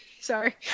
Sorry